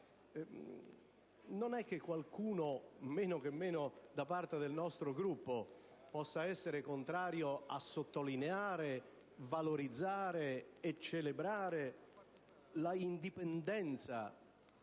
Non vi è alcuno, meno che meno da parte del nostro Gruppo, che possa essere contrario a sottolineare, valorizzare e celebrare l'indipendenza